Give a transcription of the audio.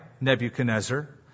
Nebuchadnezzar